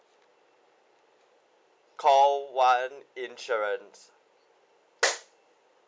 call one insurance